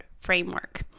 framework